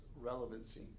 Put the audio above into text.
relevancy